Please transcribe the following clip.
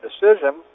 decision